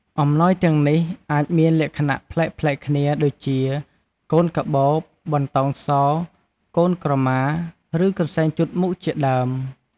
អំណោយទាំងនេះអាចមានលក្ខណៈប្លែកៗគ្នា ដូចជា កូនកាបូប បន្ដោងសោរ កូនក្រម៉ា ឬកន្សែងជូតមុខជាដើម។